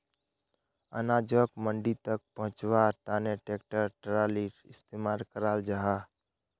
अनाजोक मंडी तक पहुन्च्वार तने ट्रेक्टर ट्रालिर इस्तेमाल कराल जाहा